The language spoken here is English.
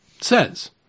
says